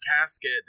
casket